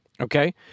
Okay